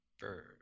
bird